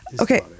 okay